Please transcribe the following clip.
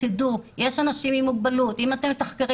שיידעו שיש אנשים עם מוגבלות.